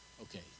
Okay